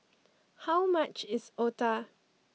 how much is Otah